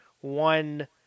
one